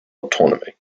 autonomy